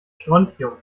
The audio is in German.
strontium